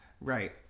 Right